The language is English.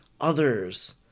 others